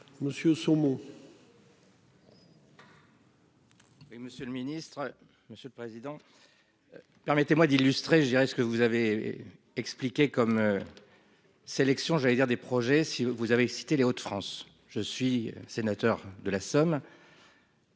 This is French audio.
Monsieur le Ministre, Monsieur le Président. Permettez-moi d'illustrer je dirais ce que vous avez expliqué comme. Sélection j'allais dire des projets si vous avez cité, Les Hauts de France. Je suis sénateur de la Somme.